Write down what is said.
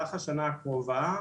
שבמהלך השנה הקרובה,